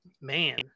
man